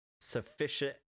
sufficient